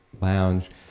Lounge